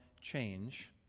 change